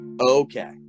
Okay